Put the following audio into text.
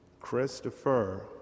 Christopher